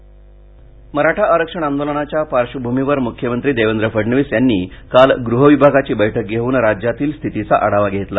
मराठा आंदोलन मराठा आरक्षण आंदोलनाच्या पार्श्वभूमीवर मुख्यमंत्री देवेंद्र फडणवीस यांनी काल गृह विभागाची बैठक घेऊन राज्यातील स्थितीचा आढावा घेतला